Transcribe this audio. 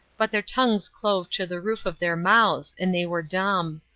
but their tongues clove to the roof of their mouths, and they were dumb.